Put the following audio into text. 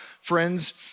friends